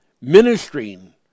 ministering